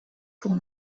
pour